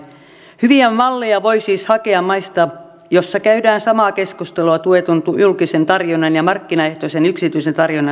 hyviä malleja voi siis hakea maista joissa käydään samaa keskustelua tuetun julkisen tarjonnan ja markkinaehtoisen yksityisen tarjonnan suhteesta